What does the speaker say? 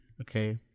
okay